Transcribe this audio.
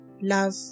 love